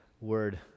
word